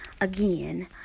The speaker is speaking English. again